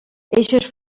eixes